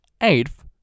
eighth